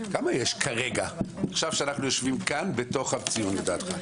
כמה אנשים יש כרגע בתוך הציון לדעתך?